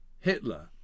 Hitler